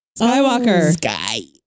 Skywalker